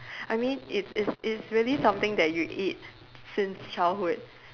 I mean it is it's really something that you eat since childhood